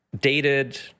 dated